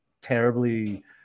terribly